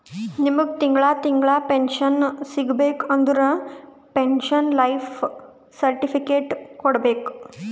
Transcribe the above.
ನಿಮ್ಮಗ್ ತಿಂಗಳಾ ತಿಂಗಳಾ ಪೆನ್ಶನ್ ಸಿಗಬೇಕ ಅಂದುರ್ ಪೆನ್ಶನ್ ಲೈಫ್ ಸರ್ಟಿಫಿಕೇಟ್ ಕೊಡ್ಬೇಕ್